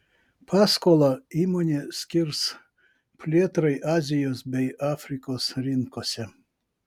paskolą įmonė skirs plėtrai azijos bei afrikos rinkose